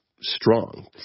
strong